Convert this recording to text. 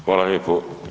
Hvala lijepo.